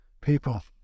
people